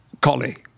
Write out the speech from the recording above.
collie